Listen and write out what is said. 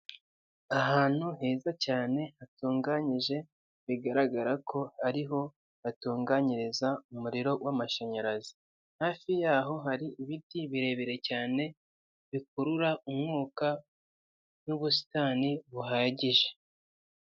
Ahantu heza cyane hatunganyije bigaragara ko ari ho hatunganyiriza umuriro w'amashanyarazi, hafi yaho hari ibiti birebire cyane bikurura umwuka n'ubusitani buhagije.